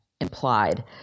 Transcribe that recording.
implied